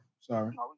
Sorry